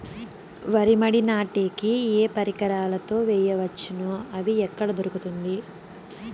వరి మడి నాటే కి ఏ పరికరాలు తో వేయవచ్చును అవి ఎక్కడ దొరుకుతుంది?